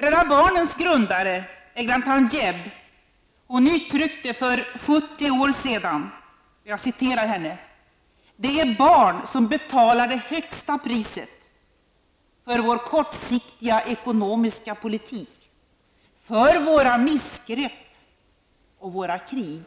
Rädda barnens grundare, Eglantyne Jebb, uttryckte för 70 år sedan: Det är barn som betalar det högsta priset för vår kortsiktiga ekonomiska politik, för våra missgrepp och våra krig.